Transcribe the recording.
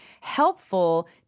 helpful